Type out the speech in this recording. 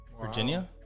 Virginia